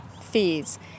fees